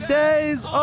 days